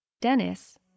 Dennis